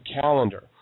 calendar